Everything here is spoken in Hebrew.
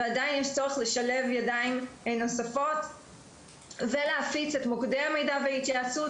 ועדיין יש צורך לשלב ידיים נוספות ולהפיץ את מוקדי המידע וההתייעצות,